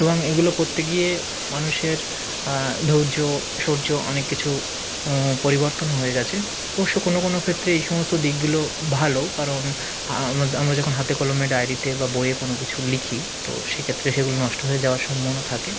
এবং এগুলো করতে গিয়ে মানুষের ধৈর্য শৌর্য অনেক কিছু পরিবর্তন হয়ে গেছে অবশ্য কোনো কোনো ক্ষেত্রে এই সমস্ত দিকগুলো ভালো কারণ আমরা যখন হাতেকলমে ডায়েরিতে বা বইয়ে কোনো কিছু লিখি তো সেক্ষেত্রে সেগুলো নষ্ট হয়ে যাওয়ার সম্ভাবনা থাকে